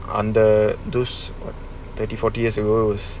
under those thirty forty years ago